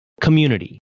community